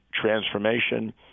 transformation